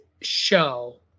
show